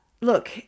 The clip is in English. Look